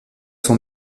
son